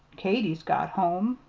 katy's got home.